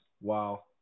Wow